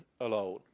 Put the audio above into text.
alone